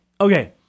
Okay